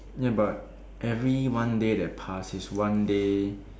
ya but every one day that pass is one day